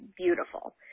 beautiful